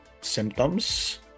symptoms